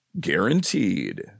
guaranteed